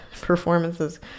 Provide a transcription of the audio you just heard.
performances